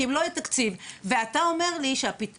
כי אם לא יהיה תקציב ואתה אומר לי שהפתרון